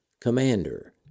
Commander